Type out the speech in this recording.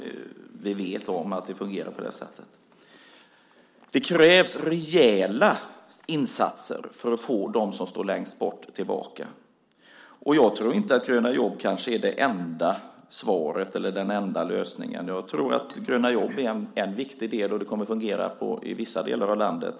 Vi vet att det fungerar på det sättet. Det krävs rejäla insatser för att få dem som står längst bort från arbetsmarknaden tillbaka i jobb. Gröna jobb är kanske inte det enda svaret eller den enda lösningen. Gröna jobb är säkert en viktig del och kommer att fungera i vissa delar av landet.